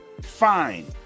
fine